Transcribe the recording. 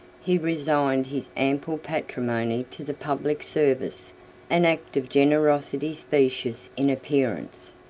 he resigned his ample patrimony to the public service an act of generosity specious in appearance,